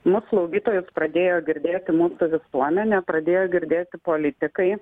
mus slaugytojus pradėjo girdėti mūsų visuomenė pradėjo girdėti politikai